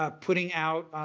um putting out,